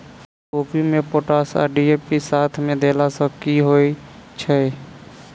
कोबी मे पोटाश आ डी.ए.पी साथ मे देला सऽ की होइ छै?